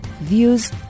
views